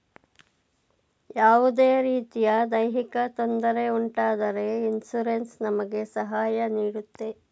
ಯಾವುದೇ ರೀತಿಯ ದೈಹಿಕ ತೊಂದರೆ ಉಂಟಾದರೆ ಇನ್ಸೂರೆನ್ಸ್ ನಮಗೆ ಸಹಾಯ ನೀಡುತ್ತೆ